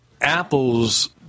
Apple's